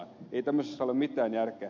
ei tämmöisessä ole mitään järkeä